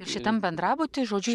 šitam bendrabuty žodžiu